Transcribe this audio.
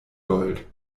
gold